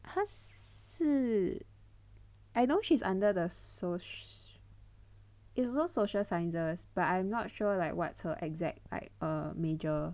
他是 I know she's under the soc~ is also social sciences but I'm not sure like what's her exact like err major